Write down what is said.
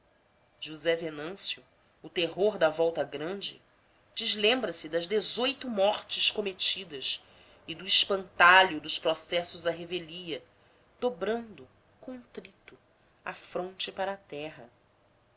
josé venâncio o terror da volta grande deslembra se das dezoito mortes cometidas e do espantalho dos processos à revelia dobrando contrito a fronte para a terra